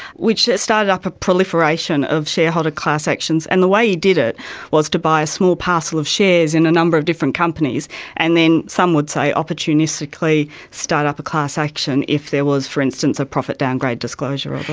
which started up a proliferation of shareholder class actions. and the way he did it was to buy a small parcel of shares in a number of different companies and then, some would say opportunistically, start up a class action if there was, for instance, a profit downgrade disclosure or yeah